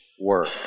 work